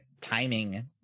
timing